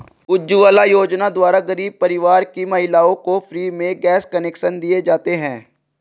उज्जवला योजना द्वारा गरीब परिवार की महिलाओं को फ्री में गैस कनेक्शन दिए जाते है